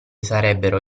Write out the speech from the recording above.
sarebbero